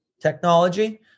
technology